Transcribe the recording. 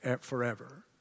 forever